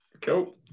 cool